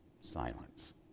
Silence